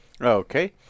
Okay